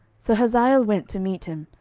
so hazael went to meet him,